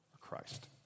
Christ